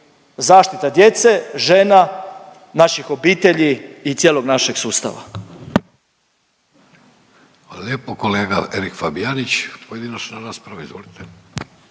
Zaštita djece, žena, naših obitelji i cijelog našeg sustava.